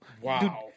Wow